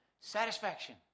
satisfaction